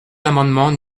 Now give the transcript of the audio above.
l’amendement